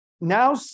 now